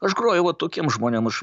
aš groju va tokiems žmonėm aš